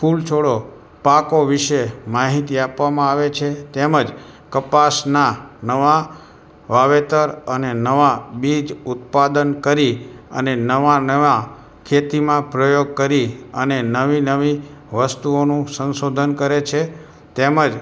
ફૂલછોડો પાકો વિશે માહિતી આપવામાં આવે છે તેમજ કપાસનાં નવાં વાવેતર અને નવાં બીજ ઉત્પાદન કરી અને નવાં નવાં ખેતીમાં પ્રયોગ કરી અને નવી નવી વસ્તુઓનું સંશોધન કરે છે તેમજ